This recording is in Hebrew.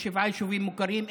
יש שבעה יישובים מוכרים,